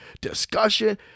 discussion